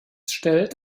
stellt